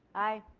aye.